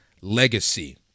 Legacy